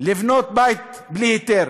לבנות בית בלי היתר,